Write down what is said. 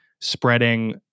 spreading